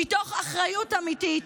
מתוך אחריות אמיתית,